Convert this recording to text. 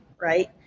right